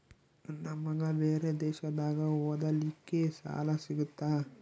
ನನ್ನ ಮಗ ಬೇರೆ ದೇಶದಾಗ ಓದಲಿಕ್ಕೆ ಸಾಲ ಸಿಗುತ್ತಾ?